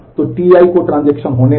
तो Ti को transaction होने दें